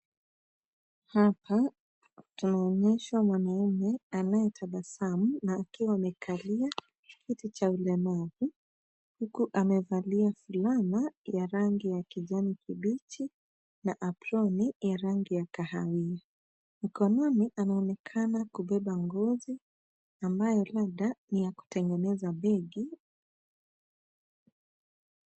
Hapa tunaonyeshwa mwanaume, anayetabasamu na akiwa amekalia, kiti cha mlemavu, huku amevalia fulana ya rangi ya kijani kibichi, na aproni ya rangi ya kahawia. Mkononi anaonekana kubeba ngozi, ambayo labda ni ya kutengeneza begi.